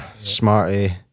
Smarty